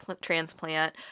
transplant